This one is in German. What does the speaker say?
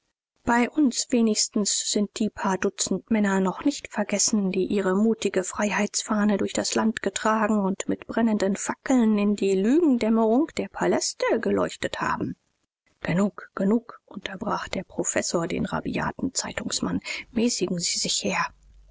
bei uns wenigstens sind die paar dutzend männer noch nicht vergessen die ihre mutige freiheitsfahne durch das land getragen und mit brennenden fackeln in die lügendämmerung der paläste geleuchtet haben genug genug unterbrach der professor den rabiaten zeitungsmann mäßigen sie sich herr